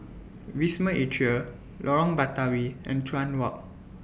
Wisma Atria Lorong Batawi and Chuan Walk